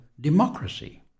democracy